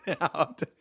out